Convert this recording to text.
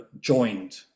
joined